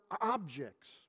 objects